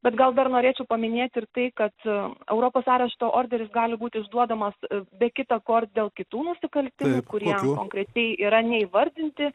bet gal dar norėčiau paminėti ir tai kad europos arešto orderis gali būti išduodamas be kita ko ir dėl kitų nusikaltimų kurie konkrečiai yra neįvardinti